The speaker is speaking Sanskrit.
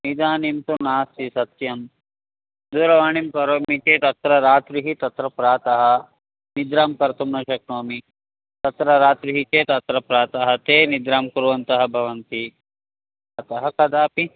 इदानीं तु नास्ति सत्यं दूरवाणीं करोमि चेत् अत्र रात्रिः तत्र प्रातः निद्रां कर्तुं न शक्नोमि तत्र रात्रिः चेत् अत्र प्रातः ते निद्रां कुर्वन्तः भवन्ति अतः कदापि